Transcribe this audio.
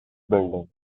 building